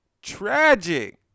tragic